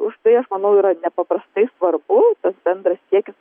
už tai aš manau yra nepaprastai svarbu bendras siekis